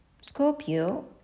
Scorpio